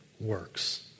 works